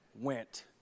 went